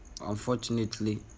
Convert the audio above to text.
unfortunately